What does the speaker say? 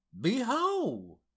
behold